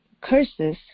curses